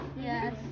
Yes